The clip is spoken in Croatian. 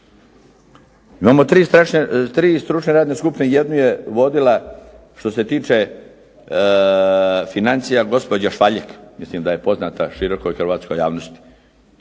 Imamo tri stručne radne skupine. Jednu je vodila što se tiče financija gospođa Švaljeg, mislim da je poznata širokoj hrvatskoj javnosti.